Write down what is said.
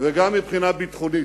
וגם מבחינה ביטחונית.